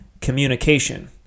communication